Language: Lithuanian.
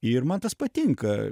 ir man tas patinka